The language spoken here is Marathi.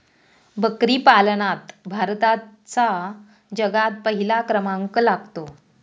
बकरी पालनात भारताचा जगात पहिला क्रमांक लागतो